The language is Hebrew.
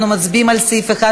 אנחנו מצביעים על סעיף 1,